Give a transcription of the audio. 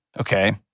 Okay